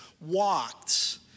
walked